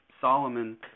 Solomon